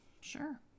Sure